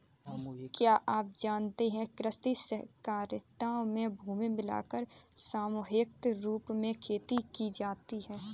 क्या आप जानते है कृषि सहकारिता में भूमि मिलाकर सामूहिक रूप से खेती की जाती है?